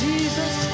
Jesus